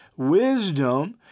Wisdom